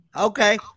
Okay